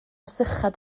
syched